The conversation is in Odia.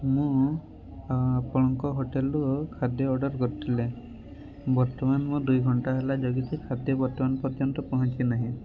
ମୁଁ ଆପଣଙ୍କ ହୋଟେଲ୍ରୁ ଖାଦ୍ୟ ଅର୍ଡ଼ର୍ କରିଥିଲେ ବର୍ତ୍ତମାନ ମୁଁ ଦୁଇଘଣ୍ଟା ହେଲା ଜଗିଛି ଖାଦ୍ୟ ବର୍ତ୍ତମାନ ପର୍ଯ୍ୟନ୍ତ ପହଞ୍ଚିନାହିଁ